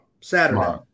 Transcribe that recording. Saturday